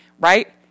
Right